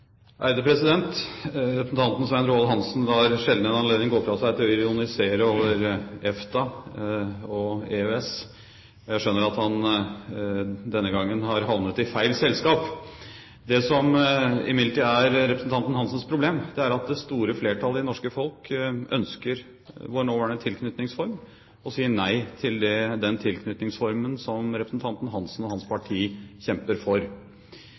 Representanten Svein Roald Hansen lar sjelden en anledning gå fra seg til å ironisere over EFTA og EØS. Jeg skjønner at han denne gangen har havnet i feil selskap. Det som imidlertid er representanten Hansens problem, er at det store flertallet i det norske folk ønsker vår nåværende tilknytningsform, og sier nei til den tilknytningsformen som representanten Hansen og hans parti kjemper for.